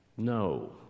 No